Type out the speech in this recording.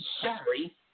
sorry